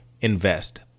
invest